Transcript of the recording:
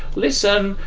listen.